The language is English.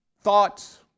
thoughts